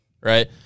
right